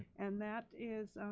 and that is